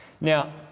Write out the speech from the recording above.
Now